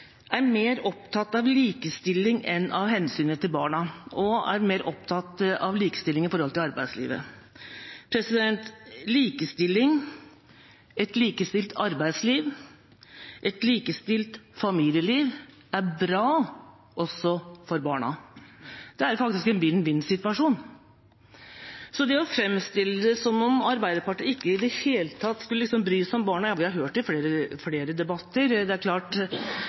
er mer opptatt av likestilling enn av hensynet til barna, og er mer opptatt av likestilling i arbeidslivet. Likestilling, et likestilt arbeidsliv, et likestilt familieliv, er bra, også for barna. Det er faktisk en vinn-vinn-situasjon. De framstiller det som om Arbeiderpartiet ikke i det hele tatt skulle bry seg om barna – ja, vi har hørt det i flere debatter. Det er